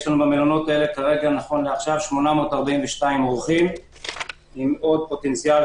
יש במלונות האלה 842 אורחים עם עוד פוטנציאל